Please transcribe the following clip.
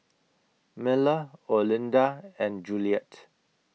Miller Olinda and Juliette